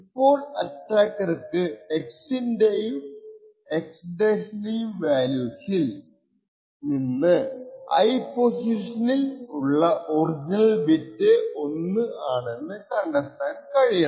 ഇപ്പോൾ അറ്റാക്കർക്കു x ൻറെയും x ൻറെയും വാല്യൂസിൽ നിന്ന് i പൊസിഷനിൽ ഉള്ള ഒറിജിനൽ ബിറ്റ് 1 ആണെന്ന് കണ്ടെത്താൻ കഴിയണം